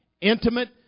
intimate